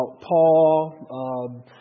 Paul